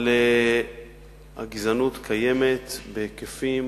אבל הגזענות קיימת בהיקפים,